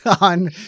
on